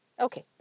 Okay